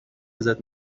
ازت